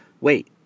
wait